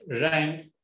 rank